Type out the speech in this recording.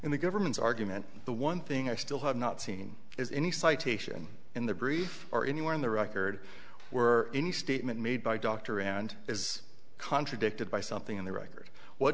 in the government's argument the one thing i still have not seen is any citation in the brief or anywhere in the record were any statement made by dr and is contradicted by something in the record what